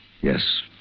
Yes